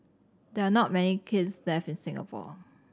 there are not many kilns left in Singapore